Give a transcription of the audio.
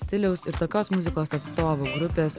stiliaus ir tokios muzikos atstovų grupės